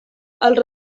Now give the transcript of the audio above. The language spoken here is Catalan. els